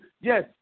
Yes